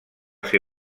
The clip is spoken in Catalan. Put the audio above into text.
ser